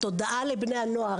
התודעה לבני הנוער,